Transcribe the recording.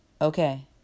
Okay